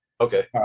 Okay